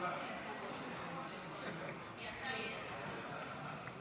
אני מזמין את חבר הכנסת ינון אזולאי בשם